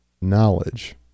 knowledge